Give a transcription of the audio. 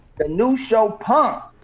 the new show, pump.